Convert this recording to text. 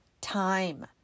time